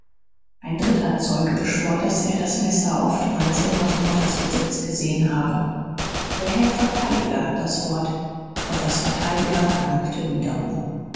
ein dritter zeuge beschwor daß er das messer oftmals in muff potters besitz gesehen habe der herr verteidiger hat das wort potters verteidiger dankte wiederum